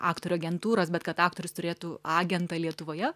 aktorių agentūros bet kad aktorius turėtų agentą lietuvoje